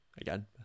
Again